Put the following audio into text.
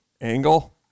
angle